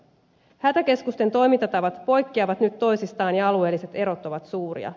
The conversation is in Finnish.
hätäkeskusten toimintatavat poikkeavat nyt toisistaan ja alueelliset erot ovat suuria